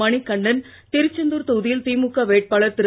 Manikannan திருச்செந்தூர்தொகுதியில்திமுகவேட்பாளர்திரு